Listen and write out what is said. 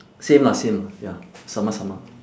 same lah same ya sama sama